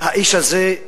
האיש הזה,